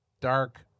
dark